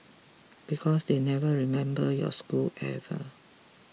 because they never remember your school ever